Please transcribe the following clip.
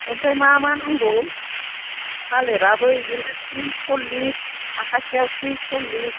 आमफ्राइ मा मा नांगौ थालेराबो बिदिनो ट्रिस सलिस आखासेआव ट्रिस सलिस